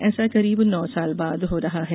ऐसा करीब नौ साल बाद हो रहा है